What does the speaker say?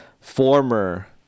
former